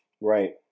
Right